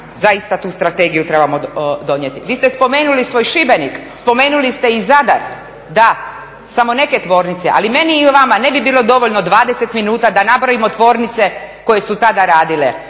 Zaista tu strategiju trebamo donijeti. Vi ste spomenuli svoj Šibenik, spomenuli ste i Zadar, da, samo neke tvornice. Ali meni i vama ne bi bilo dovoljno 20 minuta da nabrojimo tvornice koje su tada radile.